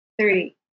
three